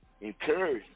encourage